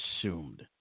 assumed